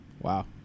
Wow